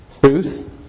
truth